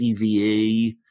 CVE